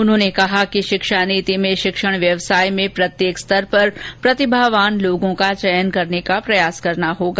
उन्होंने कहा कि शिक्षा नीति में शिक्षण व्यवसाय में प्रत्येक स्तर पर प्रतिभावान लोगों का चयन करने का प्रयास करना होगा